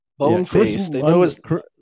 Boneface